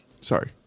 sorry